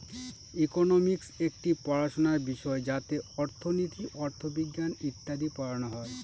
economics একটি পড়াশোনার বিষয় যাতে অর্থনীতি, অথবিজ্ঞান ইত্যাদি পড়ানো হয়